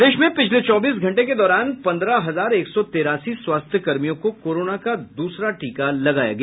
प्रदेश में पिछले चौबीस घंटे के दौरान पन्द्रह हजार एक सौ तेरासी स्वास्थ्य कर्मियों को कोरोना का दूसरा टीका लगाया गया